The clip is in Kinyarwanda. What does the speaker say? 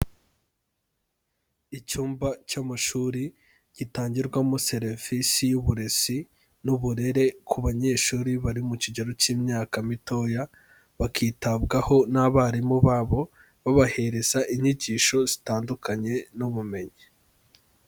Icyumba cy'amashuri gitangirwamo serivisi y'uburezi n'uburere ku banyeshuri bari mu kigero cy'imyaka mitoya, bakitabwaho n'abarimu babo babahereza inyigisho zitandukanye n'ubumenyi.